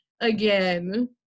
again